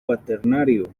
cuaternario